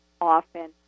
often